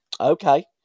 Okay